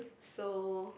so